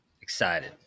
Excited